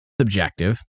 subjective